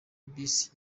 bus